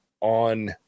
on